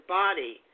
body